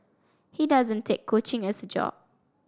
he doesn't take coaching as a job